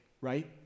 right